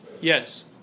Yes